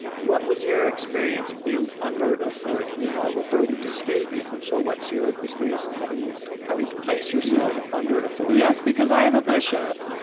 what was your experience being under authority? you have authority to speak, but so what's your experience having having to place yourself under authority? yes, because i have a bishop.